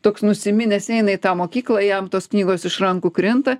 toks nusiminęs eina į tą mokyklą jam tos knygos iš rankų krinta